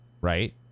right